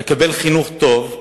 לקבל חינוך טוב,